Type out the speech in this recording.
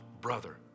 brother